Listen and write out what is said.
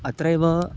अत्रैव